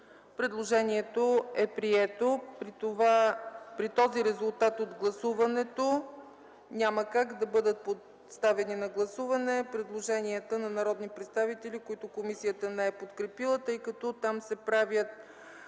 Предложението е прието. При този резултат от гласуването няма как да бъдат поставени на гласуване предложенията на народни представители, които комисията не е подкрепила, тъй като там се правят